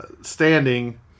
standing